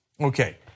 Okay